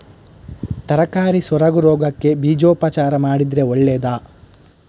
ತರಕಾರಿ ಸೊರಗು ರೋಗಕ್ಕೆ ಬೀಜೋಪಚಾರ ಮಾಡಿದ್ರೆ ಒಳ್ಳೆದಾ?